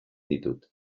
ditut